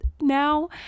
Now